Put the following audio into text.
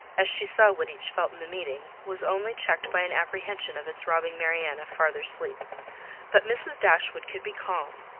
as she saw what each felt in the meeting, was only checked by an apprehension of its robbing marianne of farther sleep but mrs. dashwood could be calm,